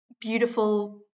Beautiful